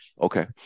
Okay